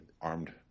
armed